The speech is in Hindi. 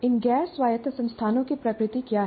इन गैर स्वायत्त संस्थानों की प्रकृति क्या है